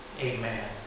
Amen